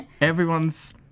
everyone's